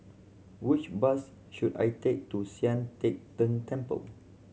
which bus should I take to Sian Teck Tng Temple